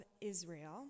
Israel